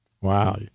Wow